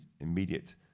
immediate